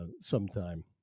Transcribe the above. sometime